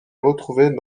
retrouvées